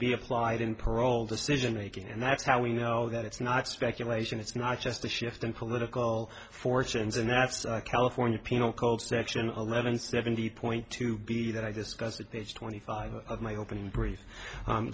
be applied in parole decision making and that's how we know that it's not speculation it's not just a shift in political fortunes and that's california penal code section eleven seventy point to be that i discussed it twenty five of my opening brief